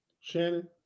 Shannon